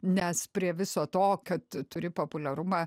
nes prie viso to kad turi populiarumą